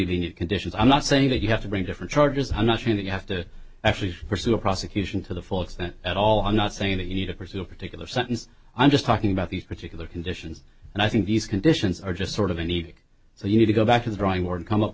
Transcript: need conditions i'm not saying that you have to bring different charges and not mean that you have to actually pursue a prosecution to the full extent at all i'm not saying that you need to pursue a particular sentence i'm just talking about these particular conditions and i think these conditions are just sort of a need so you need to go back is growing more and come up with